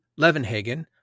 Levenhagen